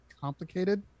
complicated